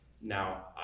Now